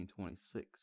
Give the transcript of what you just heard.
1926